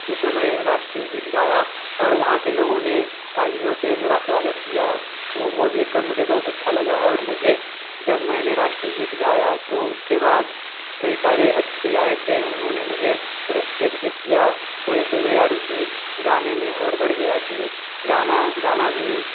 जिसमें मैं राष्ट्रीय गीत गाया और वहाँ के लोगों ने से मेरा स्वागत किया वो वो देख कर मुझे बहुत अच्छा लगा और मुझे जब मैंने राष्ट्रीय गीत गाया तो उसके बाद कई सारे अतिथि आए थे उन्होंने मुझे पुरस्कृत भी किया वहीं से मेरा रुचि गाने में और बढ़ गया कि गाना गाना भी